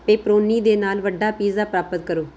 pepperoni ਦੇ ਨਾਲ ਵੱਡਾ ਪੀਜ਼ਾ ਪ੍ਰਾਪਤ ਕਰੋ